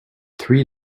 three